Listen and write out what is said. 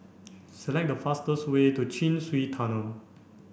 select the fastest way to Chin Swee Tunnel